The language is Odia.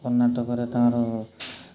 ନାଟକରେ ତା'ର